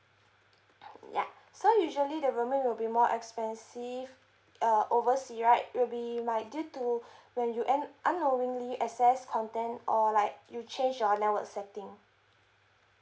ya so usually the roaming will be more expensive uh overseas right will be like due to when you en~ unknowingly access content or like you change your network setting